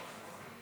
שלוש דקות.